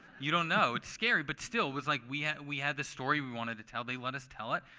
you don't know. it's scary. but still, it was like we had we had this story we wanted to tell. they let us tell it.